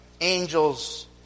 angel's